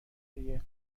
دیگه